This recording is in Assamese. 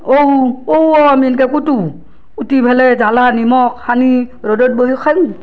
ঔ ঔৱো আমি এনকৈ কুটু কুটি ফেলে জালা নিমখ সানি ৰ'দত বহি খাওঁ